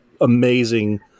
amazing